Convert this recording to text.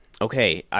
okay